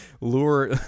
Lure